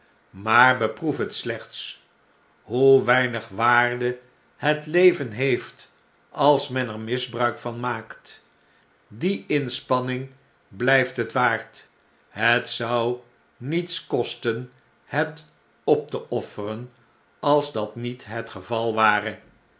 maar beproef het slechts hoe weinig waarde het leven heeft als men er misbruik van maakt die inspanning blijft het waard het zou niets kosten het op te offeren als dat niet het geval ware